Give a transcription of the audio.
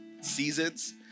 seasons